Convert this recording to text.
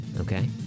Okay